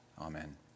amen